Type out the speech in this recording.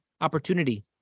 opportunity